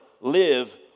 live